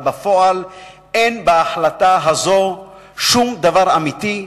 אבל בפועל אין בהחלטה הזאת שום דבר אמיתי,